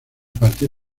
partir